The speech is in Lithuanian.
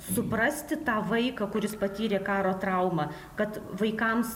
suprasti tą vaiką kuris patyrė karo traumą kad vaikams